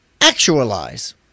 actualize